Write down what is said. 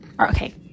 okay